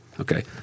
Okay